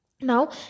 now